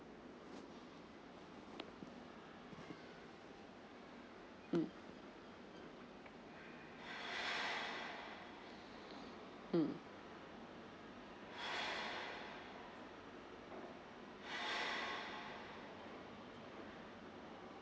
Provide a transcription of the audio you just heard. mm mm